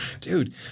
Dude